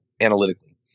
analytically